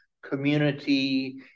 community